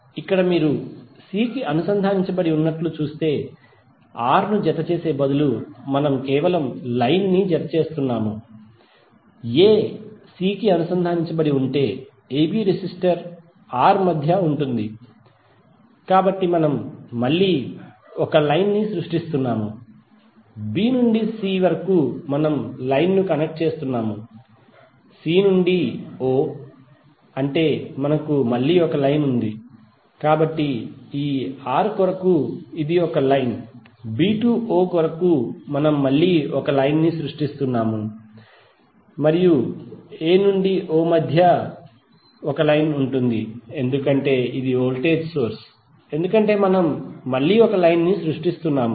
ఇక్కడ మీరు c కి అనుసంధానించబడి ఉన్నట్లు చూస్తే R ను జత చేసే బదులు మనం కేవలం లైన్ ని జతచేస్తున్నాము a c కి అనుసంధానించబడి ఉంటే ab రెసిస్టర్ R మధ్య ఉంటుంది కాబట్టి మనం మళ్ళీ ఒక లైన్ ని సృష్టిస్తున్నాము b నుండి c వరకు మనము లైన్ ను కనెక్ట్ చేస్తున్నాము c to o అంటే మనకు మళ్ళీ ఒక లైన్ ఉంది కాబట్టి ఈ R కొరకు ఇది ఒక లైన్ b to o కొరకు మనం మళ్ళీ లైన్ ని సృష్టిస్తున్నాము మరియు a నుండి o మధ్య ఉంటుంది ఎందుకంటే ఇది వోల్టేజ్ సోర్స్ ఎందుకంటే మనం మళ్ళీ లైన్ ని సృష్టిస్తున్నాము